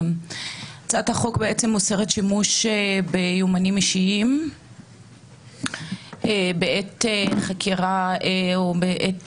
הצעת החוק אוסרת בשימוש על יומנים אישיים בעת חקירה או בעת